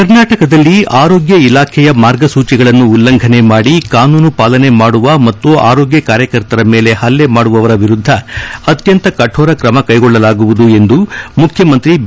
ಕರ್ನಾಟಕದಲ್ಲಿ ಆರೋಗ್ಯ ಇಲಾಖೆಯ ಮಾರ್ಗಸೂಚಿಗಳನ್ನು ಉಲ್ಲಂಘನೆ ಮಾಡಿ ಕಾನೂನು ಪಾಲನೆ ಮಾಡುವ ಮತ್ತು ಆರೋಗ್ಲ ಕಾರ್ಯಕರ್ತರ ಮೇಲೆ ಹಲ್ಲೆ ಮಾಡುವವರ ವಿರುದ್ದ ಅತ್ತಂತ ಕಠೋರ ಕ್ರಮ ಕೈಗೊಳ್ಳಲಾಗುವುದು ಎಂದು ಮುಖ್ಯಮಂತ್ರಿ ಬಿ